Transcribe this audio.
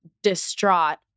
distraught